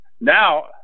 now